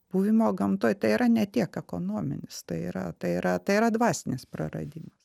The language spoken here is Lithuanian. buvimo gamtoj tai yra ne tiek ekonominis tai yra tai yra tai yra dvasinis praradimas